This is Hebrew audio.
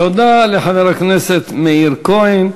תודה לחבר הכנסת מאיר כהן.